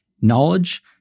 knowledge